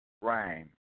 Rhyme